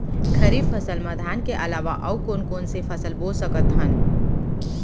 खरीफ फसल मा धान के अलावा अऊ कोन कोन से फसल बो सकत हन?